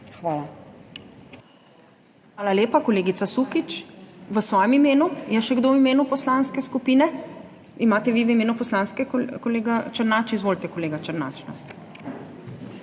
Hvala lepa. Kolegica Sukič, v svojem imenu? Je še kdo v imenu poslanske skupine? Imate vi v imenu poslanske, kolega Černač? Izvolite, kolega Černač.